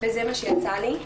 וזה מה שיצא לי.